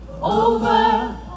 Over